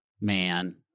man